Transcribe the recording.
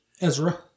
Ezra